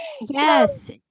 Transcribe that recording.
Yes